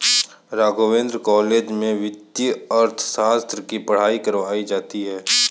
Raghavendra college में वित्तीय अर्थशास्त्र की पढ़ाई करवायी जाती है